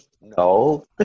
No